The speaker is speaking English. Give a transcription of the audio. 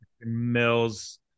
mills